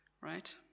right